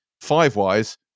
Five-wise